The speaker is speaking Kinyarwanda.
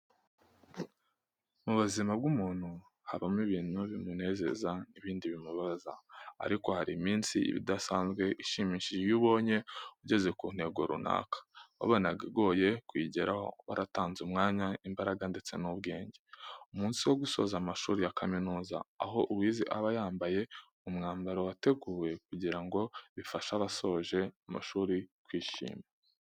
Mu buzima bw'umuntu habamo ibintu bimunezeza n'ibindi bimubabaza ariko hari iminsi iba idasanzwe ishimishije iyo ubonye ugeze ku ntego runaka wabonaga igoye kuyigeraho waratanze umwanya, imbaraga ndetse n'ubwenge. Umunsi wo gusoza amashuri ya kaminuza aho uwize aba yambaye umwambaro wateguwe kugira ngo bifashe abasoje amashuri kwishima.